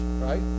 right